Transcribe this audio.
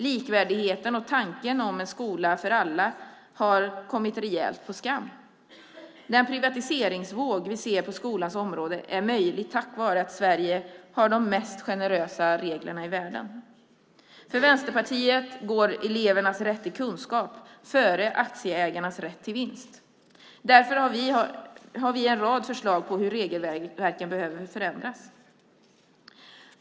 Likvärdigheten och tanken om en skola för alla har kommit rejält på skam. Den privatiseringsvåg vi ser på skolans område är möjlig tack vare att Sverige har de mest generösa reglerna i världen. För Vänsterpartiet går elevernas rätt till kunskap före aktieägarnas rätt till vinst. Därför har vi en rad förslag på hur regelverket behöver förändras.